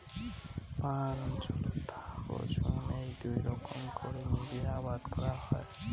পাহাড় অঞ্চলত ধাপ ও ঝুম এ্যাই দুই রকম করি নিবিড় আবাদ করাং হই